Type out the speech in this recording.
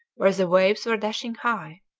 where the waves were dashing high.